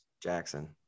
Jackson